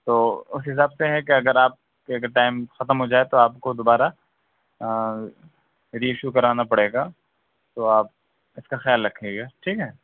تو اُس حساب سے ہے کہ اگر آپ کے اگر ٹائم ختم ہو جائے تو آپ کو دوبارہ ری ایشو کرانا پڑے گا تو آپ اِس کا خیال رکھیے گا ٹھیک ہے